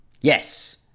Yes